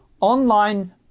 online